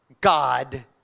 god